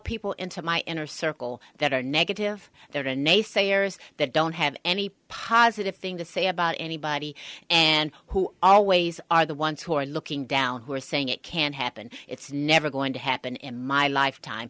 people into my inner circle that are negative there and naysayers that don't have any positive thing to say about anybody and who always are the ones who are looking down who are saying it can't happen it's never going to happen in my lifetime